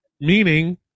meaning